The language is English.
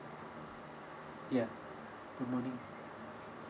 ya good morning